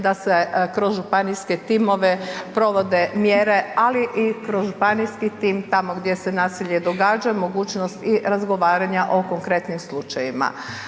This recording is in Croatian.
da se kroz županijske timove provode mjere, ali i kroz županijski tim, tamo gdje se nasilje događa, mogućnost i razgovaranja o konkretnim slučajevima.